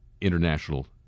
international